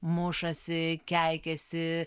mušasi keikiasi